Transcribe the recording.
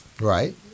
right